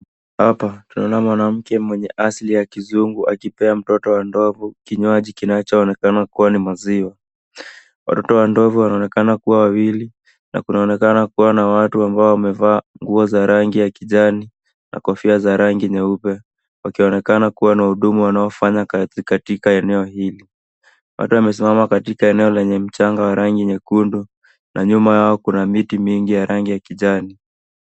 Hapa tunaona mwanamke mwenye asili ya kizungu akipea mtoto wa ndovu kinywaji kinachoonekana kuwa ni maziwa. Watoto wa ndovu wanaonekana kuwa wawili na kunaonekana kuwa na watu ambao wamevaa nguo za rangi ya kijani na kofia za rangi nyeupe wakionekana kuwa ni wahudumu wanaofanya kazi katika eneo hili. Watu wamesimama katika eneo lenye mchanga wa rangi nyekundu na nyuma yao kuna miti mingi ya rangi ya kijani.